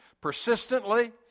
persistently